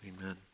Amen